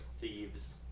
Thieves